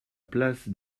place